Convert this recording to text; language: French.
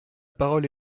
parole